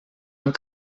amb